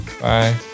Bye